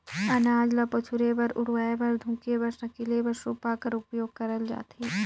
अनाज ल पछुरे बर, उड़वाए बर, धुके बर, सकेले बर सूपा का उपियोग करल जाथे